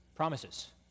promises